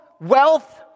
wealth